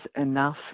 enough